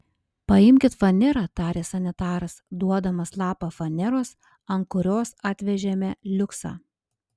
paimkit fanerą tarė sanitaras duodamas lapą faneros ant kurios atvežėme liuksą